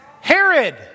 Herod